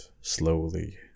slowly